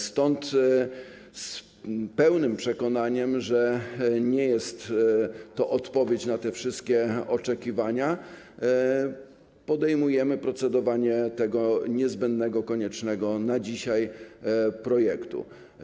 Stąd z pełnym przekonaniem, że nie jest to odpowiedź na te wszystkie oczekiwania, podejmujemy procedowanie nad niezbędnym, koniecznym dzisiaj projektem.